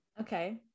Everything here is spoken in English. Okay